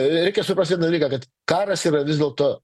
reikia suprast vieną dalyką kad karas yra vis dėlto